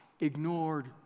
ignored